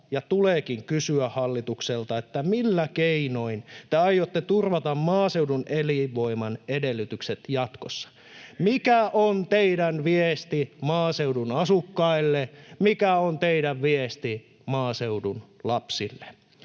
ja tuleekin kysyä hallitukselta: Millä keinoin te aiotte turvata maaseudun elinvoiman edellytykset jatkossa? Mikä on teidän viestinne maaseudun asukkaille? Mikä on teidän viestinne maaseudun lapsille?